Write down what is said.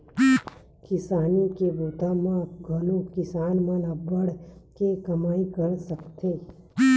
किसानी के बूता म घलोक किसान मन अब्बड़ के कमई कर सकत हे